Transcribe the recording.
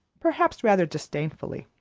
perhaps rather disdainfully.